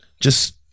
Just-